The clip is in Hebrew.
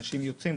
אנשים יוצאים,